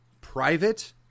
private